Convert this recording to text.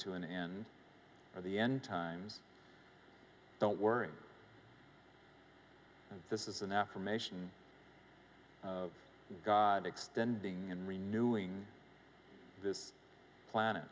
to an end of the end times don't worry this is an affirmation of god extending and renewing this planet